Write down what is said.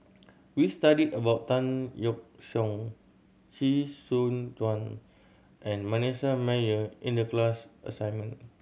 we studied about Tan Yeok Seong Chee Soon Juan and Manasseh Meyer in the class assignment